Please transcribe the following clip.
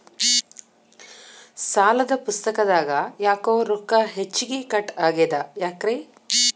ಸಾಲದ ಪುಸ್ತಕದಾಗ ಯಾಕೊ ರೊಕ್ಕ ಹೆಚ್ಚಿಗಿ ಕಟ್ ಆಗೆದ ಯಾಕ್ರಿ?